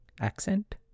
accent